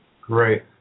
Great